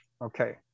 okay